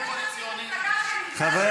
חברי